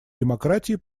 демократии